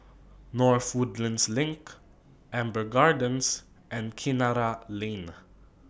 North Woodlands LINK Amber Gardens and Kinara Lane